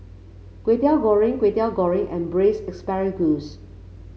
Kway Teow Goreng Kway Teow Goreng and Braised Asparagus